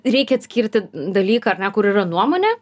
reikia atskirti dalyką ar ne kur yra nuomonė